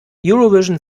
eurovision